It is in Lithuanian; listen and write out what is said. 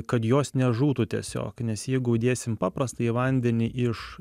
kad jos nežūtų tiesiog nes jeigu dėsim paprastą į vandenį iš